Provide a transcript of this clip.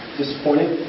disappointed